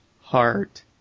heart